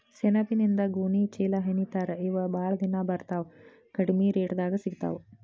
ಸೆಣಬಿನಿಂದ ಗೋಣಿ ಚೇಲಾಹೆಣಿತಾರ ಇವ ಬಾಳ ದಿನಾ ಬರತಾವ ಕಡಮಿ ರೇಟದಾಗ ಸಿಗತಾವ